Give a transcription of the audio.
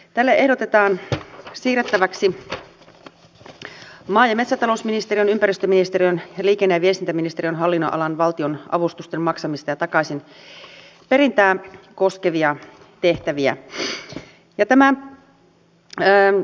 tälle ehdotetaan siirrettäväksi maa ja metsätalousministeriön ympäristöministeriön ja liikenne ja viestintäministeriön hallin nonalan valtionavustusten maksamista ja takaisinperintää koskevia tehtäviä